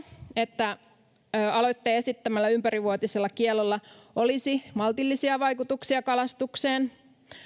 että aloitteen esittämällä ympärivuotisella kiellolla olisi maltillisia vaikutuksia kalastukseen